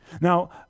Now